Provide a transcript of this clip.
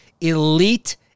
elite